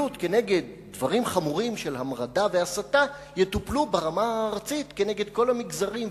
דברים חמורים של המרדה והסתה יטופלו ברמה הארצית כנגד כל המגזרים,